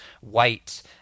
White